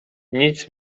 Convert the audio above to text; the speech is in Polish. nic